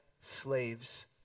slaves